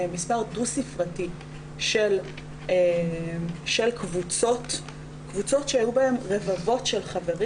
מספר דו ספרתי של קבוצות שהיו בהן רבבות של חברים.